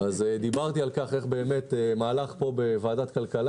דיברתי על איך מהלך פה בוועדת כלכלה